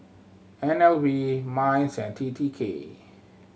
N L B MINDS and T T K